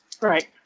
Right